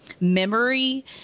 memory